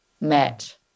met